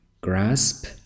grasp